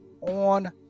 on